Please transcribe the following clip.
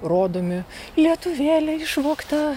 rodomi lietuvėlė išvogta